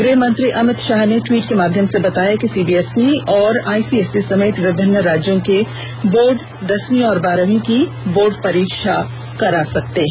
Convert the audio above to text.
गृह मंत्री अमित शाह ने टवीट के माधयम से बताया कि सीबीएसई और आइसीएसई समेत विभिन्न राज्यों के बोर्ड दसवीं और बारहवीं की बोर्ड परीक्षा करा सकते हैं